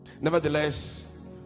Nevertheless